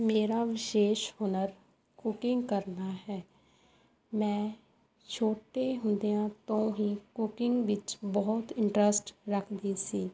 ਮੇਰਾ ਵਿਸ਼ੇਸ਼ ਹੁਨਰ ਕੁਕਿੰਗ ਕਰਨਾ ਹੈ ਮੈਂ ਛੋਟੇ ਹੁੰਦਿਆਂ ਤੋਂ ਹੀ ਕੁਕਿੰਗ ਵਿੱਚ ਬਹੁਤ ਇੰਨਟਰਸਟ ਰੱਖਦੀ ਸੀ